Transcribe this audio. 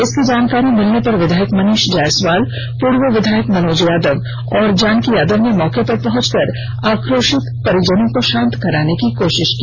इसकी जानकारी मिलने पर विधायक मनीष जायसवाल पूर्व विधायक मनोज यादव और जानकी यादव ने मौके पर पहुंच कर आक्रोशित परिजनों को शांत कराने की कोशिश की